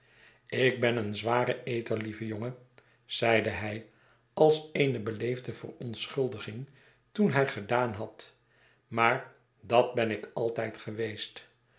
ik ben een zware eter lieve jongen zeide hij als eene beleefde verontschuldiging toen hij gedaan had maar dat ben ik altijd geweest